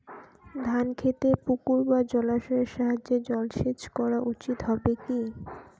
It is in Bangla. ধান খেতে পুকুর বা জলাশয়ের সাহায্যে জলসেচ করা উচিৎ হবে কি?